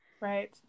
Right